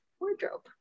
wardrobe